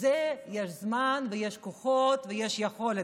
לזה יש זמן ויש כוחות ויש יכולת.